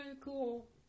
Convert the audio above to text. cool